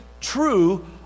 true